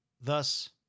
Thus